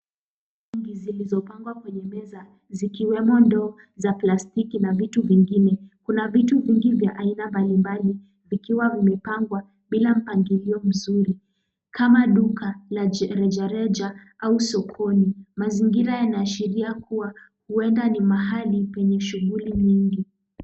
Rangi zilizopangwa kwenye meza zikiwemo ndoo za plastiki na vitu vingine, kuna vitu vyingi vya aina mbalimbali vikiwa vimepangwa bila mpangilio mzuri kama duka la rejareja au sokoni. Mazingira yanaashiria kuwa huwenda ni mahali penye shughuli mingi.